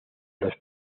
los